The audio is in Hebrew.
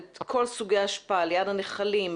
את כל סוגי האשפה ליד הנחלים,